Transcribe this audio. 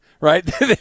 right